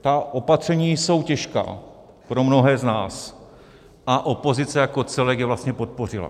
Ta opatření jsou těžká pro mnohé z nás a opozice jako celek je vlastně podpořila.